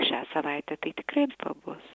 šią savaitę tai tikrai pabus